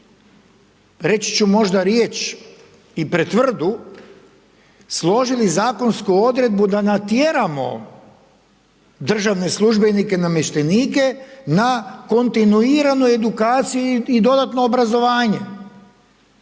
reći ću možda riječ i pretvrdu složili zakonu odredbu da natjeramo državne službenike, namještenike, na kontinuiranu edukaciju i dodatno obrazovanje